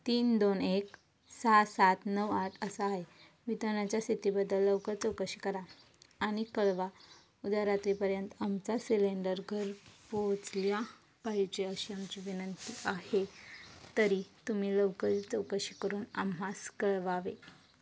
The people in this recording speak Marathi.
तीन दोन एक सहा सात नऊ आठ असा आहे वितरणाच्या स्थितीबद्दल लवकर चौकशी करा आणि कळवा उद्या रात्रीपर्यंत आमचा सिलेंडर घरी पोचला पाहिजे अशी आमची विनंती आहे तरी तुम्ही लवकर चौकशी करून आम्हास कळवावे